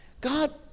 God